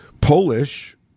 Polish